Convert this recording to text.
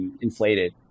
inflated